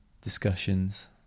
discussions